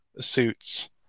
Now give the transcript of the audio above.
suits